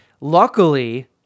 Luckily